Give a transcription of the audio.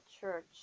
church